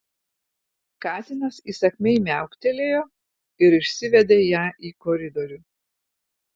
katinas įsakmiai miauktelėjo ir išsivedė ją į koridorių